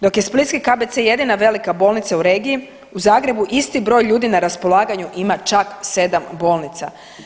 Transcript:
Dok je Splitski KBC jedina velika bolnica u regiji u Zagrebu isti broj ljudi na raspolaganju ima čak 7 bolnica.